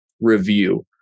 review